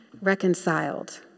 reconciled